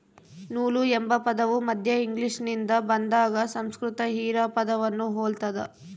ನೂಲು ಎಂಬ ಪದವು ಮಧ್ಯ ಇಂಗ್ಲಿಷ್ನಿಂದ ಬಂದಾದ ಸಂಸ್ಕೃತ ಹಿರಾ ಪದವನ್ನು ಹೊಲ್ತದ